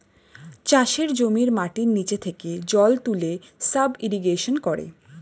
চাষের জমির মাটির নিচে থেকে জল তুলে সাব ইরিগেশন করে